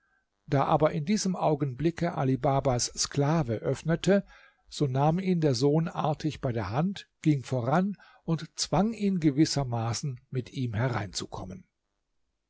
da aber in diesem augenblicke ali babas sklave öffnete so nahm ihn der sohn artig bei der hand ging voran und zwang ihn gewissermaßen mit ihm hereinzukommen